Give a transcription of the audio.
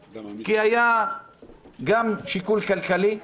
כי היה גם שיקול כלכלי,